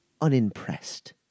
unimpressed